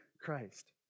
Christ